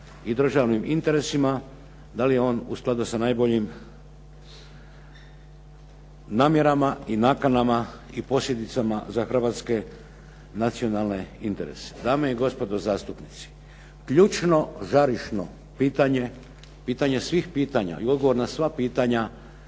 i državnim interesima, da li je on u skladu sa najboljim namjerama i nakanama, i posljedicama za hrvatske nacionalne interese. Dame i gospodo zastupnici, ključno, žarišno pitanje, pitanje svih pitanja i odgovor na sva pitanja